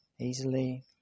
easily